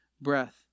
breath